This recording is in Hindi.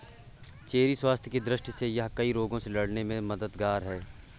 चेरी स्वास्थ्य की दृष्टि से यह कई रोगों से लड़ने में मददगार है